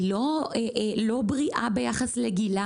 היא לא לא בריאה ביחס לגילה